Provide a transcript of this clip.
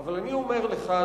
אבל אני אומר לך,